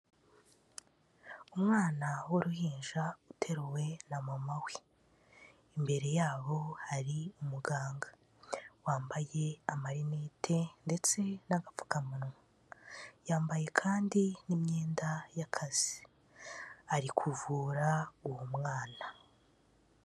Umwana w'uruhinja uteruwe na mama we. Imbere yabo hari umuganga wambaye amarinete ndetse n'agapfukamunwa. Yambaye kandi n'imyenda y'akazi. Ari kuvura uwo mwana.